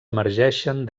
emergeixen